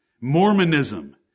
Mormonism